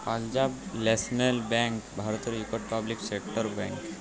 Punjab national bank ভারতের ইকট public sector bank